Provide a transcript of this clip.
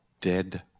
Dead